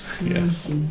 Yes